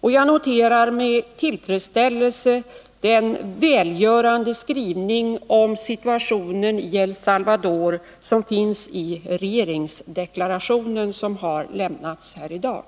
Jag noterar med tillfredsställelse den skrivning om situationen i El Salvador som finns i den regeringsdeklaration som har lämnats i dag.